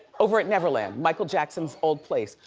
over at neverland, michael jackson's old place.